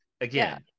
again